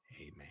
Amen